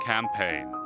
Campaign